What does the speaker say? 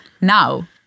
now